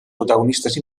protagonistes